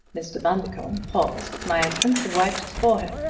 mr. bundercombe paused at my entrance and wiped his forehead.